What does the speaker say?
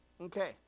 Okay